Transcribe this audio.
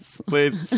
please